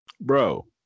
Bro